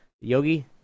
Yogi